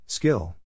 Skill